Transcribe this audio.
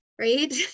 right